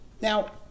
Now